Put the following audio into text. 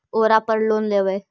ओरापर लोन लेवै?